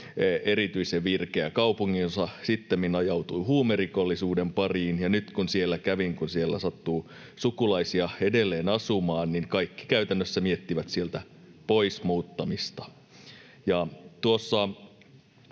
erityisen virkeä kaupunginosa ja sittemmin ajautui huumerikollisuuden pariin, ja nyt kun siellä kävin, kun siellä sattuu sukulaisia edelleen asumaan, niin kaikki käytännössä miettivät sieltä pois muuttamista.